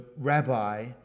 rabbi